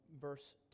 verse